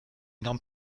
énorme